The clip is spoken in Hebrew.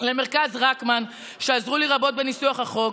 למרכז רקמן, שעזרו לי רבות בניסוח החוק,